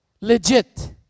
Legit